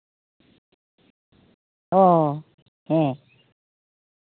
ᱚ ᱦᱮᱸ